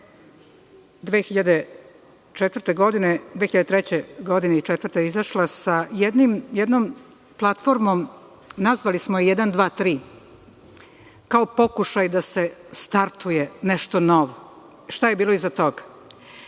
2003. i 2004. godine izašla sa jednom platformom. Nazvali smo je „Jedan, dva, tri“, kao pokušaj da se startuje nešto novo. Šta je bilo iza toga?